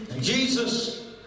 Jesus